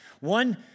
One